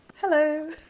Hello